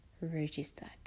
registered